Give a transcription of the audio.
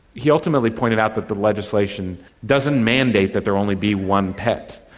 he ultimately pointed out that the legislation doesn't mandate that there only be one pet,